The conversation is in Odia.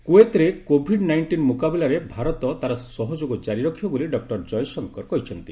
କୁଏତ୍ରେ କୋଭିଡ୍ ନାଇଷ୍ଟିନ୍ ମୁକାବିଲାରେ ଭାରତ ତା'ର ସହଯୋଗ ଜାରି ରଖିବ ବୋଲି ଡକୁର ଜୟଶଙ୍କର କହିଛନ୍ତି